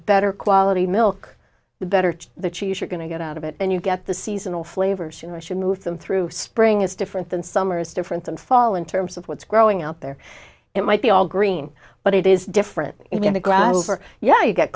better quality milk the better the cheese you're going to get out of it and you get the seasonal flavors you know i should move them through spring is different than summer is different than fall in terms of what's growing out there it might be all green but it is different